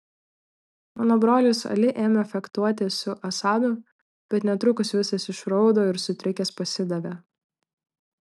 mano brolis ali ėmė fechtuotis su asadu bet netrukus visas išraudo ir sutrikęs pasidavė